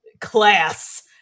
class